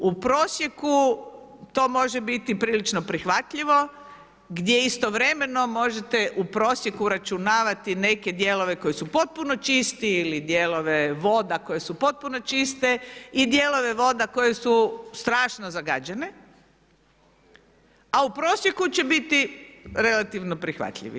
U prosjeku to može biti prilično prihvatljivo, gdje istovremeno možete u prosjeku uračunavati neke dijelove koji su potpuno čisti li dijelove voda koje su potpuno čiste i dijelove voda koje su strašno zagađene a u prosjeku će biti relativno prihvatljivi.